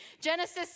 Genesis